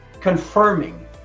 confirming